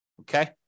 Okay